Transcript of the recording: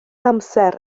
amser